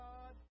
God